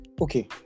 okay